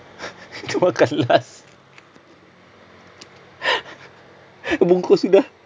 kita makan last bungkus sudah